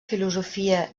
filosofia